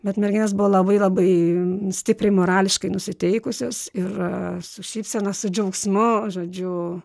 bet merginos buvo labai labai stipriai morališkai nusiteikusios ir su šypsena su džiaugsmu žodžiu